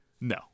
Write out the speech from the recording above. No